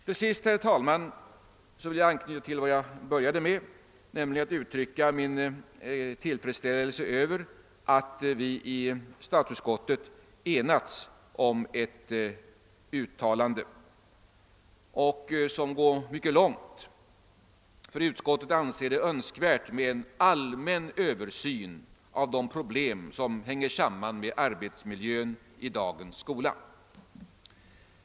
Till sist, herr talman, vill jag anknyta till vad jag började med, nämligen att uttrycka min tillfredsställelse över att vi i statsutskottet enats om ett uttalande som går mycket långt. Utskottet anser det ju »önskvärt med en allmän översyn av de problem som sammanhänger med arbetsmiljön i dagens skola».